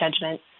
judgment